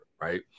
Right